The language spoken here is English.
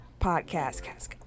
podcast